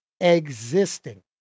existing